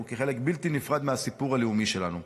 כחלק בלתי נפרד מהסיפור הלאומי שלנו.